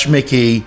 Mickey